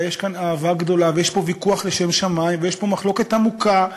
אלא יש כאן אהבה גדולה ויש פה ויכוח לשם שמים ויש פה מחלוקת עמוקה,